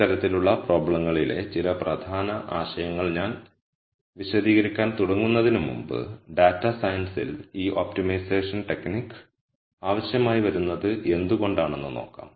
ഇത്തരത്തിലുള്ള പ്രോബ്ലങ്ങളിലെ ചില പ്രധാന ആശയങ്ങൾ ഞാൻ വിശദീകരിക്കാൻ തുടങ്ങുന്നതിനുമുമ്പ് ഡാറ്റാ സയൻസിൽ ഈ ഒപ്റ്റിമൈസേഷൻ ടെക്നിക് ആവശ്യമായി വരുന്നത് എന്തുകൊണ്ടാണെന്ന് നോക്കാം